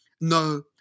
no